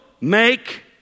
make